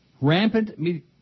Rampant